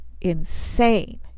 insane